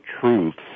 truths